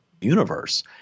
universe